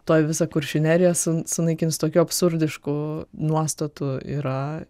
tuoj visą kuršių neriją su sunaikins tokių absurdiškų nuostatų yra